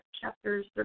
chapters